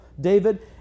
David